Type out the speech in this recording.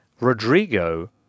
Rodrigo